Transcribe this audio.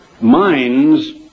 minds